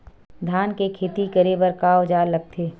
धान के खेती करे बर का औजार लगथे?